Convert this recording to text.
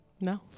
No